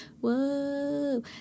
whoa